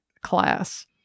class